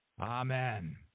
amen